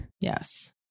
Yes